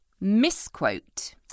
misquote